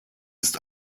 ist